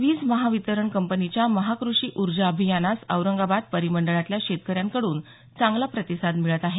वीज महावितरण कंपनीच्या महाकृषी ऊर्जा अभियानास औरंगाबाद परिमंडळातल्या शेतकऱ्यांकडून चांगला प्रतिसाद मिळत आहे